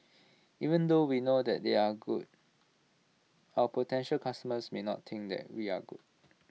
even though we know that they are good our potential customers may not think that we are good